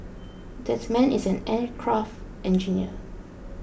that man is an aircraft engineer